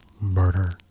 murder